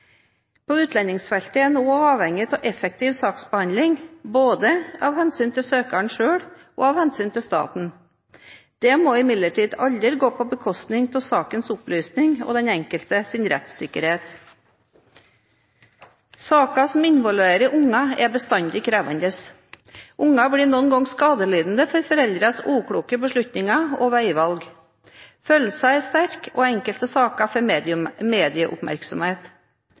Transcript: På utlendingsfeltet er en også avhengig av en effektiv saksbehandling, både av hensyn til søkeren selv og av hensyn til staten. Det må imidlertid aldri gå på bekostning av sakenes opplysning og den enkeltes rettssikkerhet. Saker som involverer unger, er bestandig krevende. Unger blir noen ganger skadelidende for foreldrenes ukloke beslutninger og veivalg. Følelsene er sterke, og enkelte saker får medieoppmerksomhet. Vi på Stortinget må legge til rette for